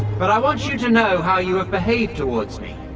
but i want you to know how you have behaved towards me,